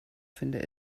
finde